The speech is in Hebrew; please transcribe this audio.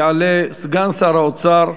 יעלה סגן שר האוצר,